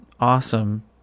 awesome